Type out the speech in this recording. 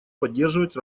поддерживать